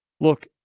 look